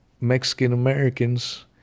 Mexican-Americans